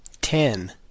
Ten